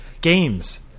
games